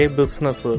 business